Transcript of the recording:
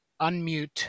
unmute